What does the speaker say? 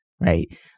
Right